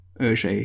Urge